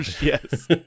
Yes